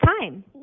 time